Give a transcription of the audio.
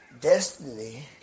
destiny